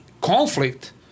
conflict